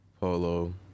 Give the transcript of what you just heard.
Polo